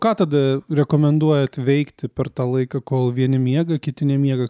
ką tada rekomenduojat veikti per tą laiką kol vieni miega kiti nemiega